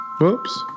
Whoops